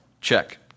Check